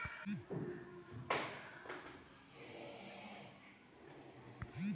hydroponics विधि में मट्टी के बिना पौधा उगावल जाला